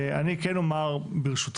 אני כן אומר ברשותכם,